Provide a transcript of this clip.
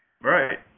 right